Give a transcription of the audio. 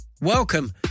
Welcome